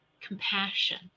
compassion